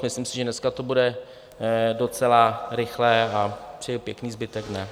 Myslím si, že dneska to bude docela rychlé, a přeji pěkný zbytek dne.